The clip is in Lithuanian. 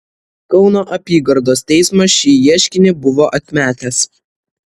kauno apygardos teismas šį ieškinį buvo atmetęs